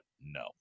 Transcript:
no